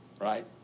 Right